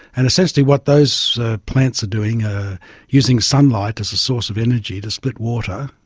and essentially what those plants are doing, ah using sunlight as a source of energy to split water,